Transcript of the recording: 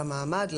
למעמד,